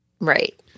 Right